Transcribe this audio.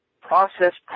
processed